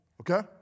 okay